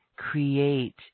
Create